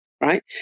Right